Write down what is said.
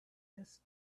this